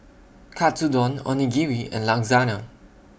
Katsudon Onigiri and Lasagna